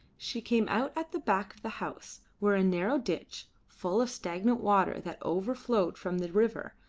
she came out at the back of the house, where a narrow ditch, full of stagnant water that overflowed from the river,